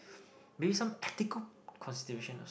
maybe some ethical considerations